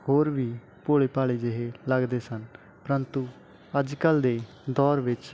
ਹੋਰ ਵੀ ਭੋਲੇ ਭਾਲੇ ਜਿਹੇ ਲੱਗਦੇ ਸਨ ਪਰੰਤੂ ਅੱਜ ਕੱਲ੍ਹ ਦੇ ਦੌਰ ਵਿੱਚ